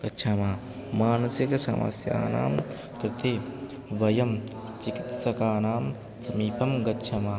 गच्छामः मानसिकसमस्यानां कृते वयं चिकित्सकानां समीपं गच्छामः